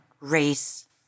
race